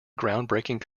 groundbreaking